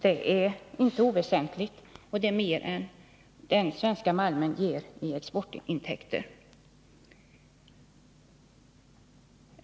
Det är inte oväsentligt, och det är mer än den svenska malmen ger i exportintäkter.